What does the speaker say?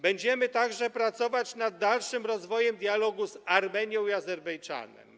Będziemy także pracować nad dalszym rozwojem dialogu z Armenią i Azerbejdżanem.